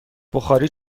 بخاری